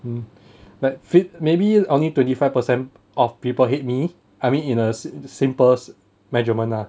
mm that fit maybe only twenty five percent of people hate me I mean in a simple measurement lah